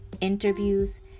interviews